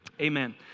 amen